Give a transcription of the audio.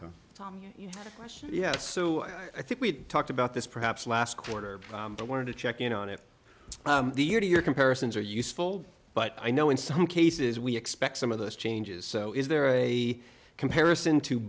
question yes so i think we talked about this perhaps last quarter i wanted to check in on it the year to year comparisons are useful but i know in some cases we expect some of those changes so is there a comparison to